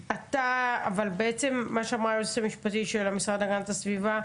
אבל בעצם מה שאמרה היועמ"ש של המשרד להגנת הסביבה,